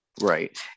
Right